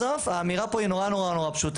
בסוף האמירה פה היא נורא נורא פשוטה.